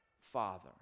Father